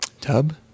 Tub